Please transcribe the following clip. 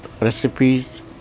recipes